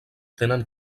tenen